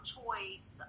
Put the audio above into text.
Choice